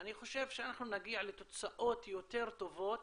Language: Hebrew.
אני חושב שאנחנו נגיע לתוצאות יותר טובות